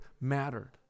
mattered